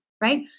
right